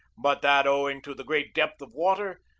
but that, owing to the great depth of water,